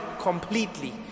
completely